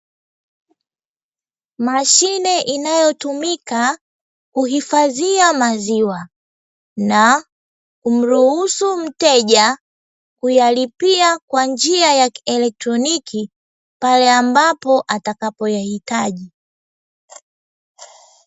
Mashine inayotumika kuhifadhia maziwa, na kumruhusu mteja kuyalipia kwa njia ya kieletroniki, pale ambapo atakayapohitaji.